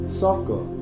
soccer